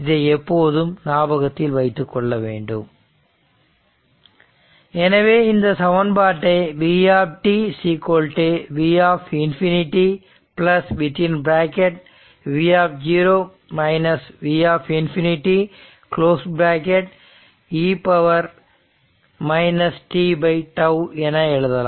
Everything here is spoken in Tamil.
இதனை எப்போதும் ஞாபகத்தில் வைத்துக்கொள்ள வேண்டும் எனவே இந்த சமன்பாட்டை v V∞ V V∞ e tτ என எழுதலாம்